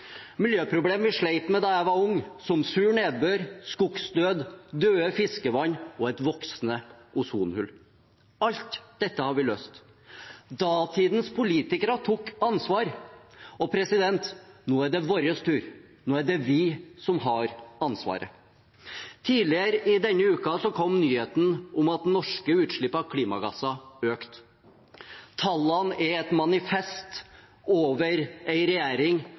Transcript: vi slet med da jeg var ung, som sur nedbør, skogdød, døde fiskevann og et voksende ozonhull. Alt dette har vi løst. Datidens politikere tok ansvar, og nå er det vår tur. Nå er det vi som har ansvaret. Tidligere denne uken kom nyheten om at norske utslipp av klimagasser har økt. Tallene er et manifest over en regjering